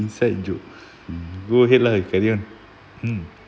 inside joke go ahead lah and carry on mm